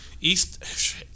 East